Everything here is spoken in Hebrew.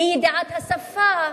אי-ידיעת השפה,